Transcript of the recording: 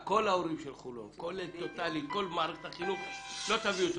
כל מערכת החינוך, לא תביאו תוצאה.